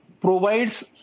provides